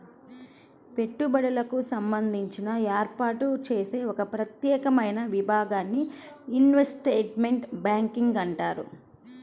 పెట్టుబడులకు సంబంధించి ఏర్పాటు చేసే ఒక ప్రత్యేకమైన విభాగాన్ని ఇన్వెస్ట్మెంట్ బ్యాంకింగ్ అంటారు